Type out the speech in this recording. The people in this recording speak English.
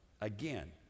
again